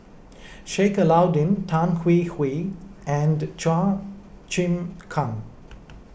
Sheik Alauddin Tan Hwee Hwee and Chua Chim Kang